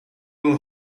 lil